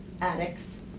addicts